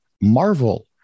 Marvel